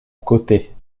côté